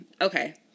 okay